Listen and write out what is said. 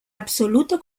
absoluto